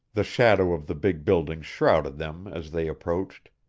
the shadow of the big building shrouded them as they approached.